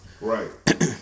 Right